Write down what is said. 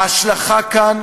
ההשלכה כאן